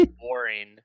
boring